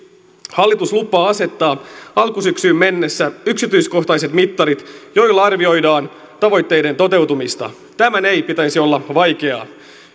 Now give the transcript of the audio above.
hallitus lupaa asettaa alkusyksyyn mennessä yksityiskohtaiset mittarit joilla arvioidaan tavoitteiden toteutumista tämän ei pitäisi olla vaikeaa